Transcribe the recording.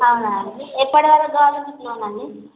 అవునా అండి ఎప్పటివరకు కావాలి మీకు లోన్ అండి